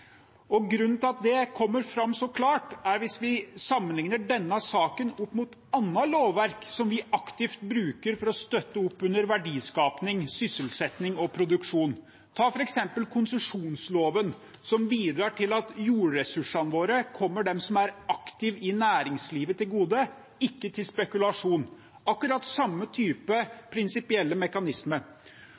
Det kommer klart fram hvis vi sammenligner denne saken med annet lovverk som vi aktivt bruker for å støtte opp under verdiskaping, sysselsetting og produksjon. Ta f.eks. konsesjonsloven, som bidrar til at jordressursene våre kommer dem som er aktive i næringslivet, til gode, ikke spekulanter. Det er akkurat samme type prinsipielle mekanisme.